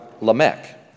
Lamech